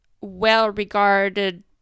well-regarded